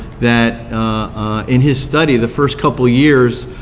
that in his study, the first couple of years,